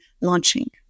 launching